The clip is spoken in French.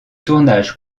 tournage